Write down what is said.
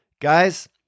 Guys